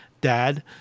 dad